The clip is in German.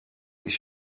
ich